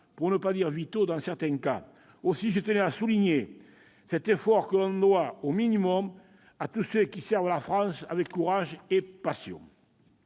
pour ne pas dire vitaux, dans certains cas. Aussi, je tenais à souligner cet effort que l'on doit au minimum à tous ceux qui servent la France avec courage et passion.